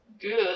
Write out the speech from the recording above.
good